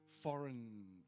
foreign